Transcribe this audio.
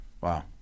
Wow